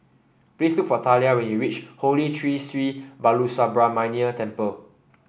please look for Talia when you reach Holy Tree Sri Balasubramaniar Temple